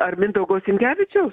ar mindaugo sinkevičiaus